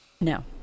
No